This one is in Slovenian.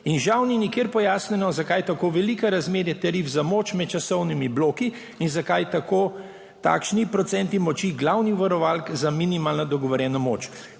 Žal ni nikjer pojasnjeno, zakaj je tako veliko razmerje tarif za moč med časovnimi bloki in zakaj takšni procenti moči glavnih varovalk za minimalno dogovorjeno moč.